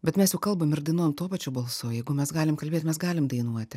bet mes juk kalbam ir dainuojam tuo pačiu balsu jeigu mes galim kalbėt mes galim dainuoti